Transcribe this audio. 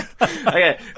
okay